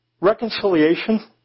Reconciliation